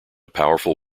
powerful